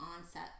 onset